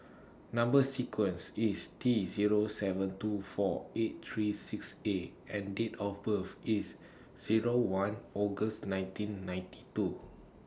Number sequence IS T Zero seven two four eight three six A and Date of birth IS Zero one August nineteen ninety two